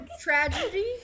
tragedy